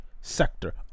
sector